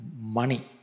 money